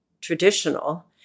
traditional